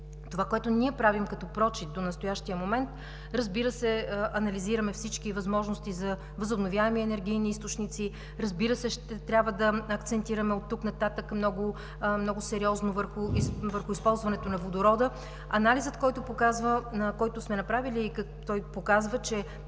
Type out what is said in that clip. Това, което правим като прочит до настоящия момент, разбира се, анализираме всички възможности за възобновяеми енергийни източници, ще трябва да акцентираме оттук нататък много сериозно върху използването на водорода. Анализът, който сме направили, показва, че